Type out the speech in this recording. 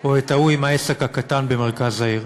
או את ההוא עם העסק הקטן במרכז העיר.